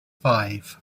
five